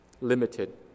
limited